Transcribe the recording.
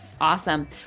awesome